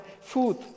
food